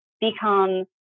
become